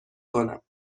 کنم